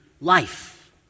life